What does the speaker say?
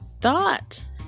thought